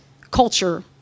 culture